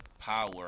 power